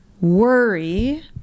worry